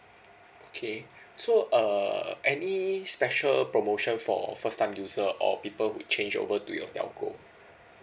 okay so uh any special promotion for first time user or people who change over to your telco